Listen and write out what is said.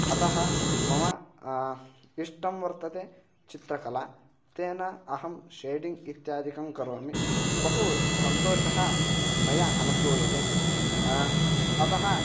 अतः मम इष्टं वर्तते चित्रकला तेन अहं शेडिङ्ग् इत्यादिकं करोमि बहु सन्तोषः मया अनुभूयते अतः